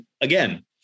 again